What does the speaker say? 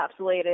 encapsulated